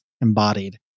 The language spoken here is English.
embodied